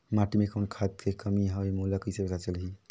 माटी मे कौन खाद के कमी हवे मोला कइसे पता चलही?